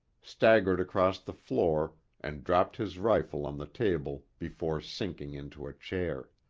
staggered across the floor and dropped his rifle on the table before sinking into a chair.